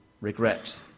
regret